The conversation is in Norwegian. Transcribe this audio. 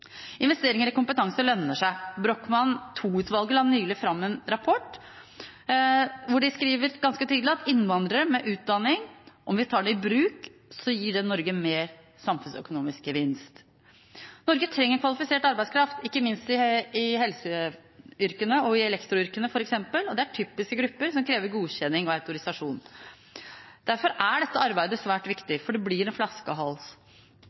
Investeringer i kompetanse lønner seg. Brochmann II-utvalget la nylig fram en rapport hvor de skriver ganske tydelig at innvandrere med utdanning vi tar i bruk, gir Norge mer samfunnsøkonomisk gevinst. Norge trenger kvalifisert arbeidskraft, ikke minst i helseyrkene og i elektroyrkene, og det er typiske grupper som krever godkjenning og autorisasjon. Derfor er dette arbeidet svært viktig, for det blir en flaskehals.